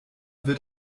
wird